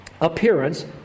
appearance